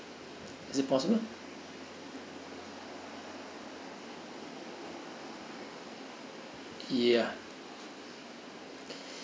is it possible ya